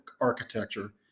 architecture